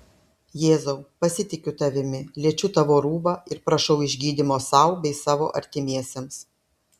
jėzau pasitikiu tavimi liečiu tavo rūbą ir prašau išgydymo sau bei savo artimiesiems